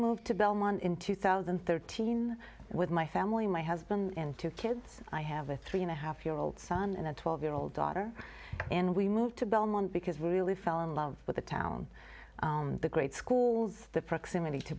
moved to belmont in two thousand and thirteen with my family my husband and two kids i have a three and a half year old son and a twelve year old daughter and we moved to belmont because we really fell in love with the town and the great schools the